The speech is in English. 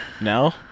No